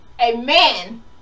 amen